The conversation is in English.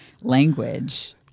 language